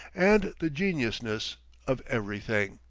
and the genuineness of everything!